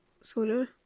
Solar